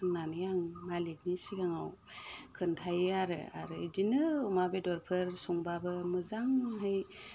होननानै आङो मालिखनि सिगाङाव खोन्थायो आरो आरो इदिनो अमा बेदरफोर संब्लाबो मोजाङै